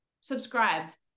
subscribed